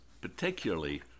particularly